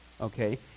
Okay